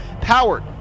powered